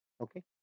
Okay